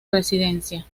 residencia